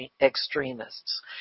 extremists